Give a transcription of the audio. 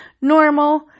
normal